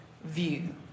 view